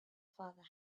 father